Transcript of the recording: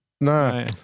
no